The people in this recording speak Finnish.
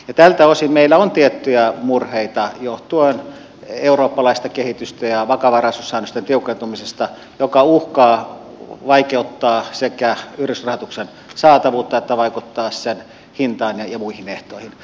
ja tältä osin meillä on tiettyjä murheita johtuen eurooppalaisesta kehityksestä ja vakavaraisuussäännösten tiukentumisesta mikä uhkaa vaikeuttaa sekä yritysrahoituksen saatavuutta että vaikuttaa sen hintaan ja muihin ehtoihin